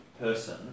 person